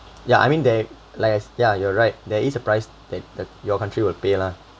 yeah I mean they like I ya you are right there is a price that the your country will pay lah